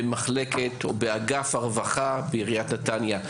באגף הרווחה בעיריית נתניה.